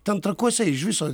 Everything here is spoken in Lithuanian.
ten trakuose iš viso